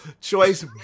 Choice